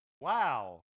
Wow